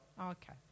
Okay